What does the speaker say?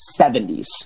70s